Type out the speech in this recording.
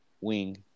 wing